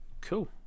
cool